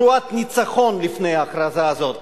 תרועת ניצחון לפני ההכרזה הזאת: